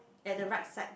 at the right side